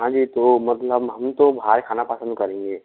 हाँ जी तो मतलब हम तो बाहर खाना पसंद करेंगे